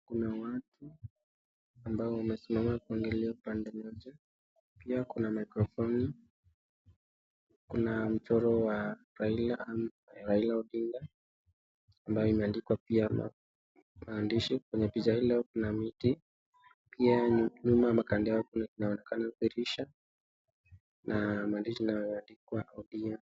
KuNa watu ambao wamesimama kwenye hio pande moja, pia kuna maikrofoni kuna mchoro wa Raila Odinga, ambayo imeandikwa maadishi, katika picha hilo pia kando yao kunaonekana madirisha na maadishi inayoandikwa ODM .